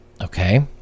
Okay